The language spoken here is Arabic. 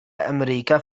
أمريكا